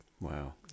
Wow